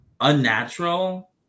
unnatural